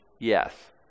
Yes